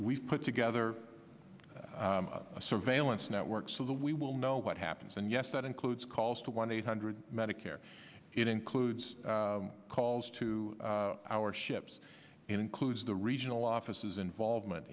we've put together a surveillance network so that we will know what happens and yes that includes calls to one eight hundred medicare it includes calls to our ships includes the regional offices involvement